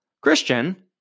Christian